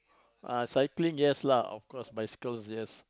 ah cycling yes lah of course bicycles yes